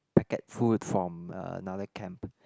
packet food from another camp